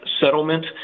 settlement